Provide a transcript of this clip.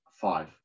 five